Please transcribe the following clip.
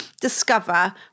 discover